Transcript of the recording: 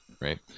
right